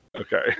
Okay